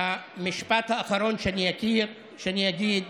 המשפט האחרון שאני אגיד הוא: